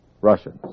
Russians